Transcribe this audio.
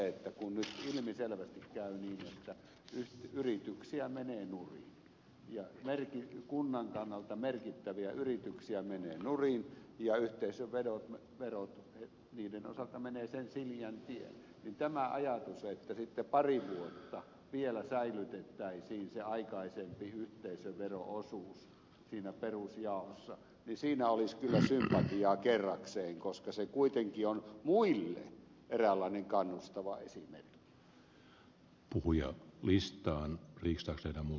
nimittäin kun nyt ilmiselvästi käy niin että yrityksiä menee nurin ja kunnan kannalta merkittäviä yrityksiä menee nurin ja yhteisöverot niiden osalta menevät sen siliän tien niin tässä ajatuksessa että sitten pari vuotta vielä säilytettäisiin se aikaisempi yhteisövero osuus siinä perusjaossa olisi kyllä sympatiaa kerrakseen koska se kuitenkin on muille eräänlainen kannustava esimerkki